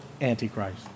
Antichrist